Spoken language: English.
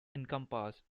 encompassed